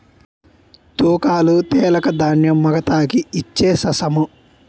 తూకాలు తెలక ధాన్యం మగతాకి ఇచ్ఛేససము